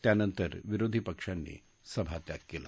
त्यानंतर विरोधी पक्षांनी सभात्याग केला